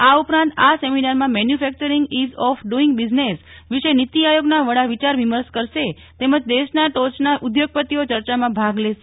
આ ઉપરાંત આ સેમિનારમાં manufacturing ease of doing business વિશે નીતિ આયોગના વડા વિચાર વિમર્શ કરશે તેમજ દેશના ટોચના ઉદ્યોગપતિઓ ચર્ચામાં ભાગ લેશે